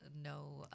no